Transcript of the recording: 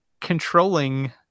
controlling